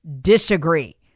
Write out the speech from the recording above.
disagree